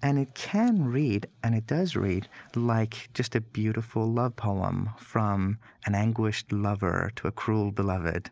and it can read and it does read like just a beautiful love poem from an anguished lover to a cruel beloved,